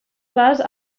clars